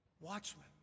Watchmen